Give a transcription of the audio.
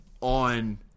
On